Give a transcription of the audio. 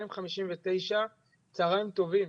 14:59. "צוהריים טובים.